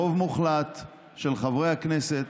ברוב מוחלט של חברי הכנסת,